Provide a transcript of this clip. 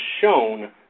shown